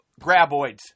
Graboids